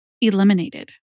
eliminated